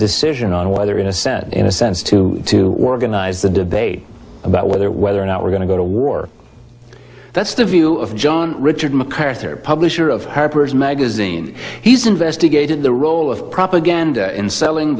decision on whether it is said in a sense to to organize the debate about whether whether or not we're going to go to war that's the view of john richard macarthur publisher of harper's magazine he's investigated the role of propaganda in selling